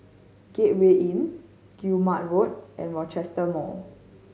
Gateway Inn Guillemard Road and Rochester Mall